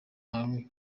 ahly